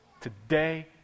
today